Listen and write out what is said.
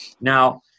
Now